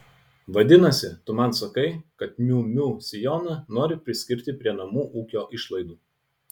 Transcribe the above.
vadinasi tu man sakai kad miu miu sijoną nori priskirti prie namų ūkio išlaidų